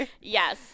Yes